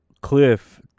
cliff